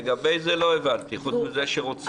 לגבי זה לא הבנתי, חוץ מזה שרוצים.